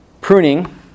Pruning